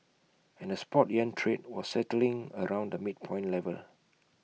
and the spot yuan trade was settling around the midpoint level